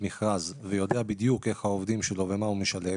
המכרז ויודע בדיוק איך העובדים שלו ומה הוא משלם,